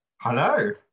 Hello